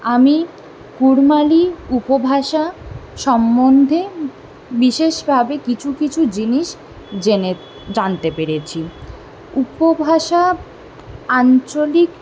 আমি কুড়মালি উপভাষা সম্বন্ধে বিশেষভাবে কিছু কিছু জিনিস জেনে জানতে পেরেছি উপভাষা আঞ্চলিক